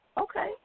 okay